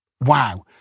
wow